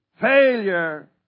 failure